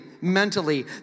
mentally